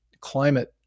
climate